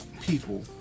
people